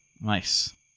Nice